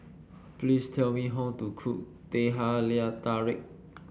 please tell me how to cook Teh Halia Tarik